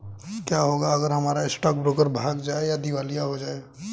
क्या होगा अगर हमारा स्टॉक ब्रोकर भाग जाए या दिवालिया हो जाये?